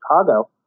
Chicago